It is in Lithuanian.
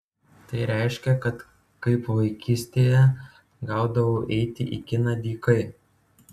tai reiškė kad kaip vaikystėje gaudavau eiti į kiną dykai